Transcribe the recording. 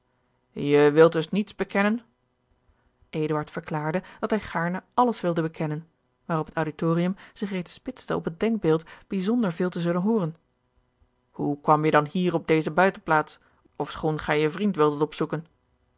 je wilt dus niets bekennen eduard verklaarde dat hij gaarne alles wilde bekennen waarop het auditorium zich reeds spitste op het denkbeeld bijzonder veel te zullen hooren hoe kwam je dan hier op deze buitenplaats ofschoon gij je vriend wildet opzoeken